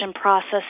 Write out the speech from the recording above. process